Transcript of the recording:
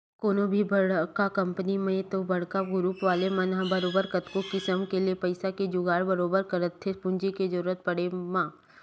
कोनो भी बड़का कंपनी मन ह ते बड़का गुरूप वाले मन ह बरोबर कतको किसम ले पइसा के जुगाड़ बरोबर करथेच्चे पूंजी के जरुरत पड़े म